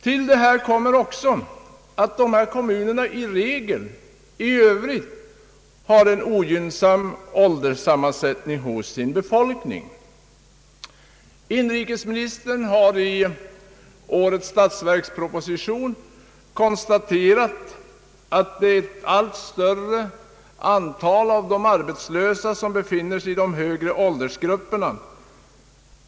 Till detta skall läggas att de här kommunerna i regel har en ogynnsam ålderssammansättning i övrigt. Inrikesministern har i årets statsverksproposition konstaterat att en allt större andel av de arbetslösa befinner sig i de högre åldersgrupperna.